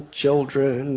children